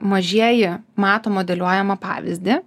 mažieji mato modeliuojamą pavyzdį